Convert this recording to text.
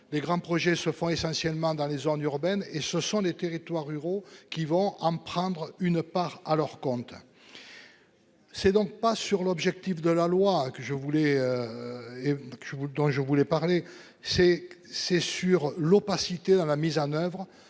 Les grands projets se font essentiellement dans les zones urbaines et ce sont des territoires ruraux qui vont en prendre une part à leur compte. C'est donc pas sur l'objectif de la loi que je voulais. Je vous dont je voulais parler c'est c'est sur l'opacité dans la mise en oeuvre.